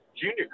junior